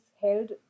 held